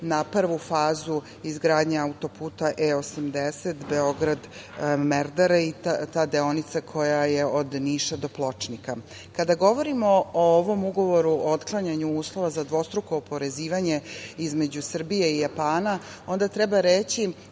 na prvu fazu izgradnje autoputa E-80 Beograd – Merdare i ta deonica je od Niša do Pločnika. Kada govorimo o ovom ugovoru o otklanjanju uslova za dvostruko oporezivanje između Srbije i Japana, onda treba reći